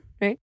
right